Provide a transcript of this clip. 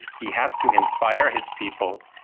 he has to inspire his people.